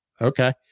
Okay